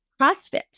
CrossFit